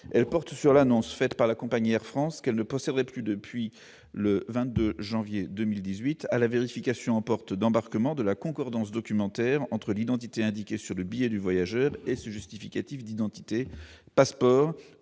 Elle porte sur l'annonce de la compagnie Air France, selon laquelle celle-ci ne procède plus, depuis le 22 janvier 2018, à la vérification en porte d'embarquement de la concordance documentaire entre l'identité indiquée sur le billet du voyageur et ses justificatifs d'identité- passeport